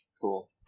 Cool